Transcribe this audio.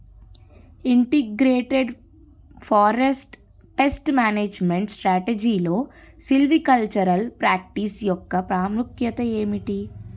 Integrated forest pest management స్ట్రాటజీలో silvicultural practice యెక్క ప్రాముఖ్యత ఏమిటి??